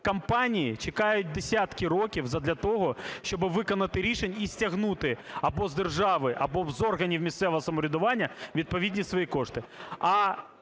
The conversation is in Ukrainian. компанії чекають десятки років задля того, щоб виконати рішення і стягнути або з держави, або з органів місцевого самоврядування відповідні свої кошти.